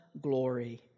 glory